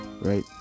right